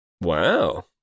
wow